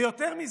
ויותר מזה,